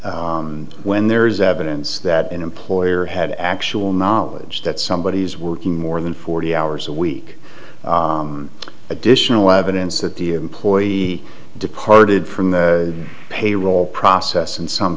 when there is evidence that an employer had actual knowledge that somebody is working more than forty hours a week additional evidence that the employee departed from the payroll process in some